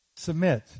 submit